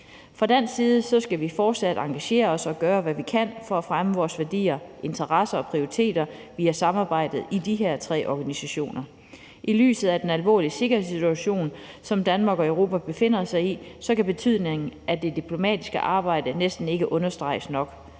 Fra dansk side skal vi fortsat engagere os og gøre, hvad vi kan, for at fremme vores værdier, interesser og prioriteter via samarbejdet i de her tre organisationer. I lyset af den alvorlige sikkerhedssituation, som Danmark og Europa befinder sig i, kan betydningen af det diplomatiske arbejde næsten ikke understreges nok.